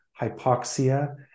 hypoxia